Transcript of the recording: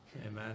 Amen